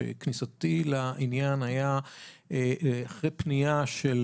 שכניסתי לעניין היה אחרי פנייה של